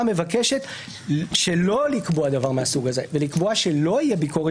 מבקשת לא לקבוע דבר מהסוג הזה ולקבוע שלא תהיה ביקורת